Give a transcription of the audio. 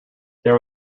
there